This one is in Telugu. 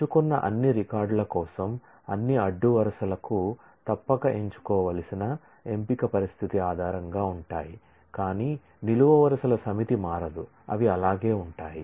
ఎంచుకున్న అన్ని రికార్డుల కోసం అన్ని అడ్డు వరుసలకు తప్పక ఎంచుకోవలసిన ఎంపిక పరిస్థితి ఆధారంగా ఉంటాయి కానీ నిలువు వరుసల సమితి మారదు అవి అలాగే ఉంటాయి